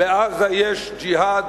בעזה יש "ג'יהאד",